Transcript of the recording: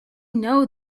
know